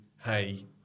hey